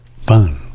fun